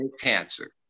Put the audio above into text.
cancer